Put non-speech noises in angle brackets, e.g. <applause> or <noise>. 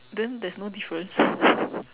then there's no difference <breath>